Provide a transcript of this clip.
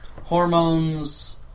hormones